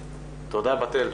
תודה בת-אל.